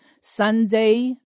Sunday